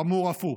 חמור אף הוא.